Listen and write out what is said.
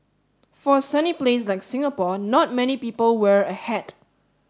for a sunny place like Singapore not many people wear a hat